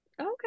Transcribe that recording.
Okay